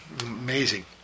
Amazing